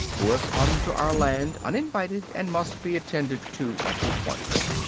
who have come to our land uninvited and must be attended to at once.